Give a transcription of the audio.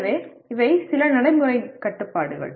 எனவே இவை சில நடைமுறைக் கட்டுப்பாடுகள்